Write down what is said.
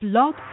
Blog